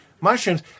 mushrooms